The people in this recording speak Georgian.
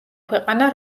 ქვეყანა